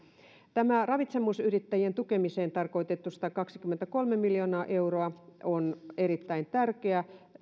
tämä ravitsemusyrittäjien tukemiseen tarkoitettu satakaksikymmentäkolme miljoonaa euroa on erittäin tärkeä